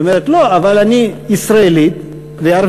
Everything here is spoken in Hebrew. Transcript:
היא אומרת: לא, אבל אני ישראלית וערבייה.